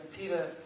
Peter